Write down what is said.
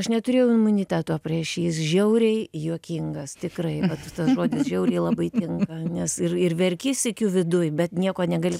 aš neturėjau imuniteto prieš jį jis žiauriai juokingas tikrai tas žodis žiauriai labai tinka nes ir ir verki sykiu viduj bet nieko negali